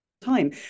time